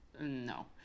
no